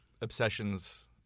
obsessions